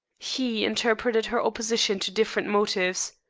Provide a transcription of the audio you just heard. he interpreted her opposition to different motives.